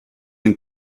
and